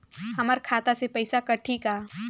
हमर खाता से पइसा कठी का?